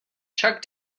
chuck